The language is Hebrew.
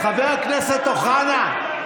חבר הכנסת אוחנה,